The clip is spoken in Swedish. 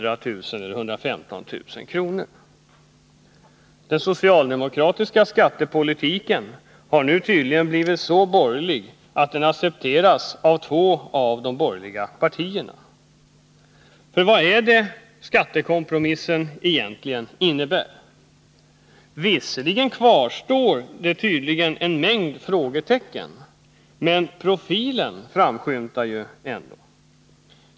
— närmare bestämt upp till 115 000 kr. Den socialdemokratiska skattepolitiken har nu tydligen blivit så borgerlig att den accepteras av två av de borgerliga partierna. För vad är det skattekompromissen egentligen innebär? Visserligen kvarstår tydligen en mängd frågetecken, men profilen framskymtar ändå.